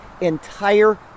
entire